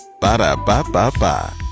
Ba-da-ba-ba-ba